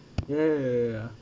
ya ya ya ya